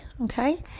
okay